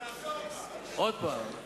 תנסה עוד פעם.